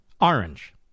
orange